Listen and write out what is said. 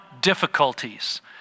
difficulties